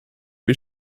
wie